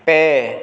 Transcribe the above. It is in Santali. ᱯᱮ